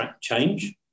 change